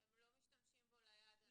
הם לא משתמשים בו ליעד הנכון.